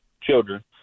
children